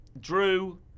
Drew